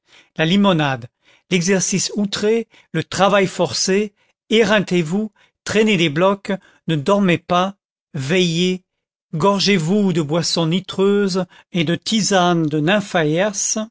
la limonade l'exercice outré le travail forcé éreintez vous traînez des blocs ne dormez pas veillez gorgez vous de boissons nitreuses et de tisanes de